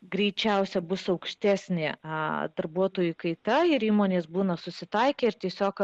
greičiausia bus aukštesnė a darbuotojų kaita ir įmonės būna susitaikė ir tiesiog